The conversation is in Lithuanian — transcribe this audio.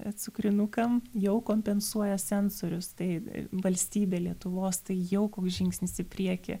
cukrinukam jau kompensuoja sensorius tai valstybė lietuvos tai jau koks žingsnis į priekį